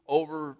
over